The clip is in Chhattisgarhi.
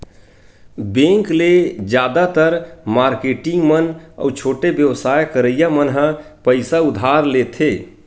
बेंक ले जादातर मारकेटिंग मन अउ छोटे बेवसाय करइया मन ह पइसा उधार लेथे